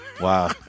Wow